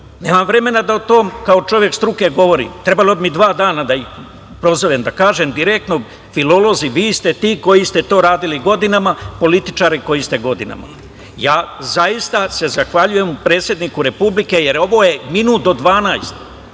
Nemam vremena da o tome kao čovek struke govorim. Trebalo bi mi dva dana ih prozovem, da kažem direktno – filolozi, vi ste ti koji ste to radili godinama, političari koji ste godinama. Zaista se zahvaljujem predsedniku Republike, jer ovo je minut do